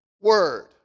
word